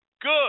good